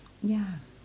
ya